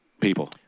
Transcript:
people